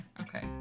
okay